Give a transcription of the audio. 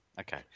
Okay